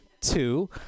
Two